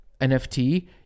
nft